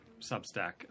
Substack